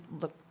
look